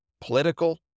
Political